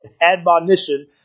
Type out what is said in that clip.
Admonition